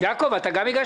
בקשה מס'